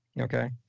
okay